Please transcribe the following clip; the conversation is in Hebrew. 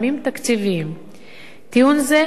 טיעון זה אינו מקובל על הוועדה.